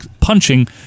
punching